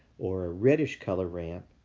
or a reddish color ramp,